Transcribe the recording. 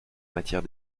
matière